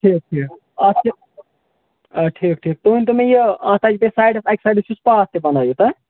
ٹھیٖک ٹھیٖک اَتھ چھِ آ ٹھیٖک ٹھیٖک تُہۍ ؤنۍتو مےٚ یہِ اَتھ آسہِ بیٚیہِ سایڈس اَکہِ سایڈٕ چھُس پاتھ تہِ بَنٲوتھ